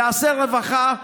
יעשה רווחה,